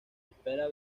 espera